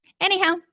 anyhow